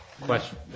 Question